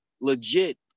legit